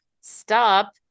stop